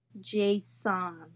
Jason